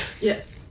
Yes